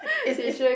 is is